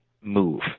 move